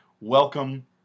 welcome